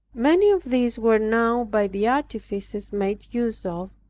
many of these were now, by the artifices made use of,